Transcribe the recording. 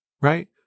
right